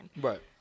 right